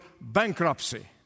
bankruptcy